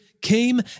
came